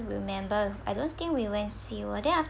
remember I don't think we went sea world then